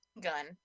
gun